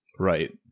Right